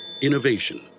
Innovation